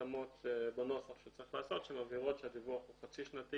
התאמות בנוסח שצריך לעשות שמבהירות שהדיווח הוא חצי-שנתי